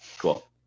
Cool